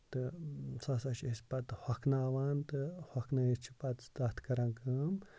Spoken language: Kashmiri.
تہٕ سُہ ہسا چھِ أسۍ پَتہٕ ہۄکھناوان تہٕ ہۄکھنٲوِتھ چھِ أسۍ پَتہٕ تتھ کران کٲم